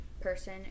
person